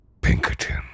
Pinkerton